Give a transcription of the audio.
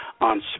on